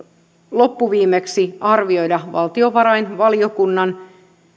loppuviimeksi arvioida valtiovarainvaliokunnan